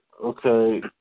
okay